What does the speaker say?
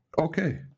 Okay